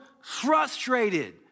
frustrated